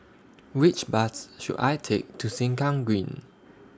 Which Bus should I Take to Sengkang Green